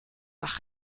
nach